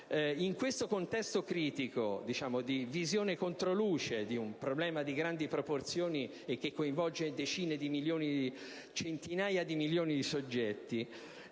In questo contesto critico di visione controluce di un problema di grandi proporzioni che coinvolge centinaia di milioni di soggetti,